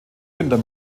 günther